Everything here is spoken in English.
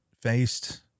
faced